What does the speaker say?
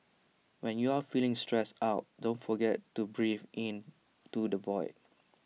when you are feeling stressed out don't forget to breathe into the void